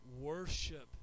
worship